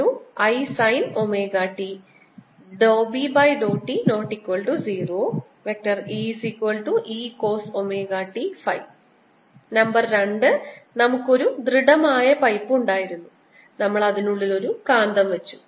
B∝Isinωt B∂t≠0 ϵcosωt number 2 നമുക്ക് ഒരു ദൃഢമായ പൈപ്പ് ഉണ്ടായിരുന്നു നമ്മൾ അതിനുള്ളിൽ ഒരു കാന്തം വെച്ചു